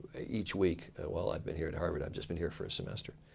each week while i've been here at harvard. i've just been here for a semester.